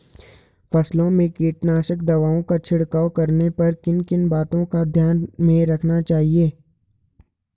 फसलों में कीटनाशक दवाओं का छिड़काव करने पर किन किन बातों को ध्यान में रखना चाहिए?